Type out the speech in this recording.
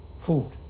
food